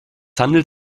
handelt